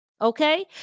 okay